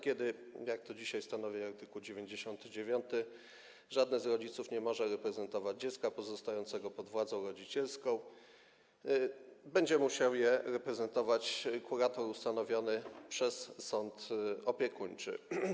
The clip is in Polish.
Kiedy, jak to dzisiaj stanowi art. 99, żadne z rodziców nie może reprezentować dziecka pozostającego pod władzą rodzicielską, będzie musiał je reprezentować kurator ustanowiony przez sąd opiekuńczy.